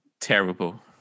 terrible